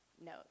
no